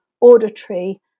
auditory